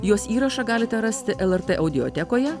jos įrašą galite rasti lrt audiotekoje